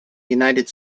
united